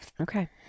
Okay